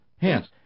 hence